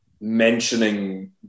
mentioning